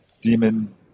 demon